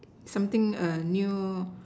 something new